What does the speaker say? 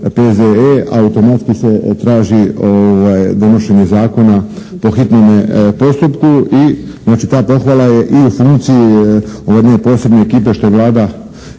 P.Z.E. automatski se traži donošenje zakona po hitnome postupku. I, znači ta pohvala je i u funkciji one posebne ekipe što je Vlada